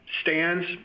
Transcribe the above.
stands